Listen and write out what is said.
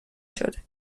شده